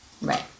Right